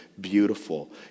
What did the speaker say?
beautiful